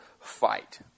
fight